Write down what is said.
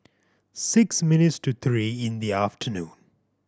six minutes to three in the afternoon